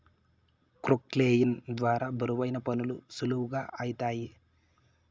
క్రొక్లేయిన్ ద్వారా బరువైన పనులు సులువుగా ఐతాయి